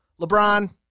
LeBron